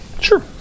Sure